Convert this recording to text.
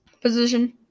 position